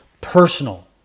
personal